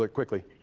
like quickly.